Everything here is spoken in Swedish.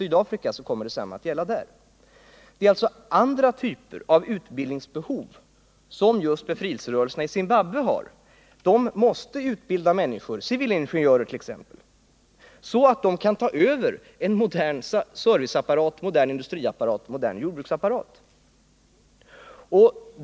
Befrielserörelserna i Zimbabwe och Sydafrika har alltså andra utbildningsbehov än andra länder i Afrika. De måste utbildat.ex. civilingenjörer så att de kan ta över en modern serviceapparat, en modern industriapparat, en modern jordbruksapparat.